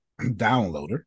Downloader